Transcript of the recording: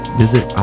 visit